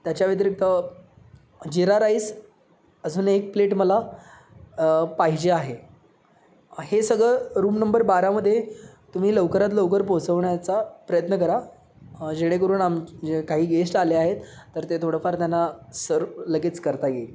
त्याच्याव्यतिरिक्त जिरा राईस अजून एक प्लेट मला पाहिजे आहे हे सगळं रूम नंबर बारामध्ये तुम्ही लवकरात लवकर पोचवण्याचा प्रयत्न करा जेणेकरून आम जे काही गेस्ट आले आहेत तर ते थोडंफार त्यांना सर्व लगेच करता येईल